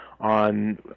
on